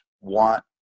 want